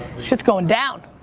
shit's goin' down.